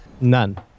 None